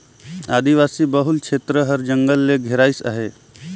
आदिवासी बहुल छेत्र हर जंगल ले घेराइस अहे